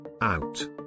Out